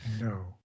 No